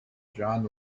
john